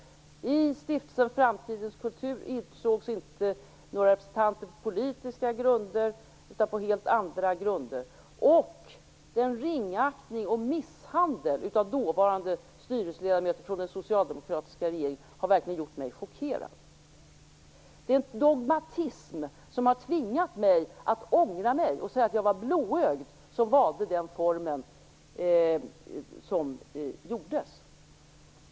I Stiftelsen Framtidens kultur utsågs inte några representanter på politiska grunder utan på helt andra grunder. Ringaktningen och misshandeln av dåvarande styrelseledamöter från den socialdemokratiska regeringen har verkligen gjort mig chockerad. Det är dogmatism som har tvingat mig att ångra mig och säga att jag var blåögd som valde den formen som valdes.